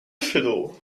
fiddle